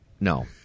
No